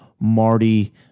Marty